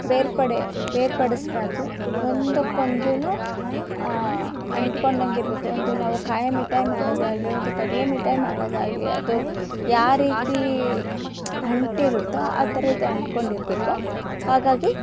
ಬೇರ್ಪಡೆ ಬೇರ್ಪಡಿಸ್ಬಾರ್ದು ಒಂದಕ್ಕೊಂದೂ ಅಂಟ್ಕೊಂಡಂತಿರಬೇಕು ಒಂದು ನಾವು ಕಾಯಿ ಮಿಠಾಯಿ ಮಾಡೋದೇ ಆಗಲಿ ಒಂದು ಕಡಲೇ ಮಿಠಾಯಿ ಮಾಡೋದಾಗಲಿ ಅದು ಯಾವ ರೀತಿ ಅಂಟಿರುತ್ತೋ ಆ ಥರ ಇದು ಅಂಟ್ಕೊಂಡಿರ್ಬೇಕು ಹಾಗಾಗಿ